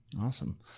Awesome